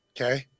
Okay